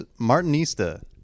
Martinista